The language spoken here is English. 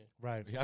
Right